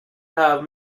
have